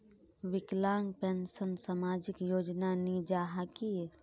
विकलांग पेंशन सामाजिक योजना नी जाहा की?